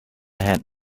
hen